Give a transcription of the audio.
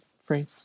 free